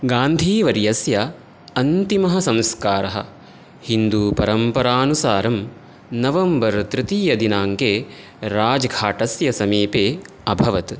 गान्धीवर्यस्य अन्तिमः संस्कारः हिन्दूपरम्परानुसारं नवम्बर् तृतीयदिनाङ्के राज् घाटस्य समीपे अभवत्